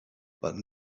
but